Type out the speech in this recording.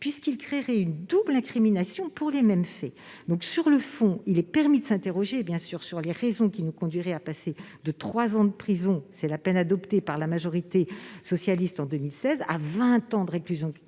puisqu'il créerait une double incrimination pour les mêmes faits. Il est bien sûr permis de s'interroger sur les raisons qui nous conduiraient à passer de trois ans d'emprisonnement- c'est la peine adoptée par la majorité socialiste en 2016 -à vingt ans de réclusion criminelle.